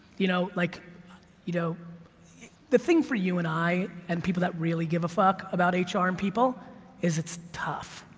you know like you know the thing for you and i and people that really give a fuck about ah hr and people is it's tough,